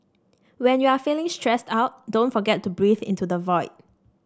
when you are feeling stressed out don't forget to breathe into the void